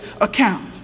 account